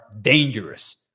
dangerous